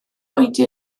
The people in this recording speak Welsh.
oedi